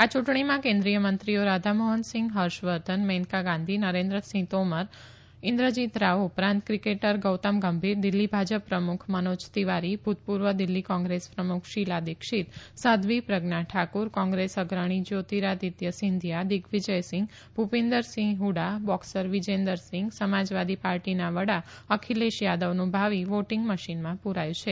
આ ચુંટણીમાં કેન્દ્રીય મંત્રીઓ રાધામોહનસિંહ હર્ષ વર્ધન મેનકા ગાંધી નરેન્દ્રસિંહ તોમર ઈન્દ્રજીત રાવ ઉપરાંત ક્રિકેટર ગૌતમ ગંભીર દિલ્હી ભાજપ પ્રમુખ મનોજ તિવારી ભુતપુર્વ દિલ્હી કોંગ્રેસ પ્રમુખ શીલા દીક્ષીત સાધ્વી પ્રજ્ઞા ઠાફર કોંગ્રેસ અગ્રણી જ્યોતિરાધિત્ય સિંધીયા દિગ્વિજયસિંહ ભુપિન્દરસિંહ ફડા બોકસર વિજેન્દરસિંહ સમાજવાદી પાર્ટીના વડા અખિલેશ યાદવનું ભાવિ વોટીંગ મશીનમાં પુરાયું છે